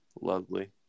Lovely